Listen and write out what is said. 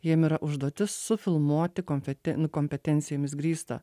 jiem yra užduotis sufilmuoti konfeti kompetencijomis grįstą